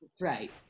Right